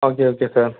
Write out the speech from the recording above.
okay okay sir